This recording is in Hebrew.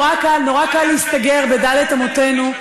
נורא קל להסתגר בד' אמותינו,